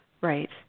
Right